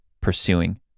pursuing